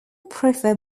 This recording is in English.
prefer